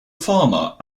farmer